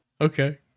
Okay